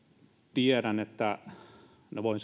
tiedän ja voin